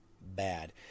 bad